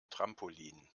trampolin